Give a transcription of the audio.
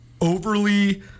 overly